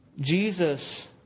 Jesus